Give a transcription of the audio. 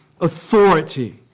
authority